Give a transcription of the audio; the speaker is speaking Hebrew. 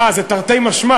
אה, זה תרתי משמע